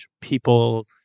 people